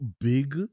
big